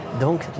Donc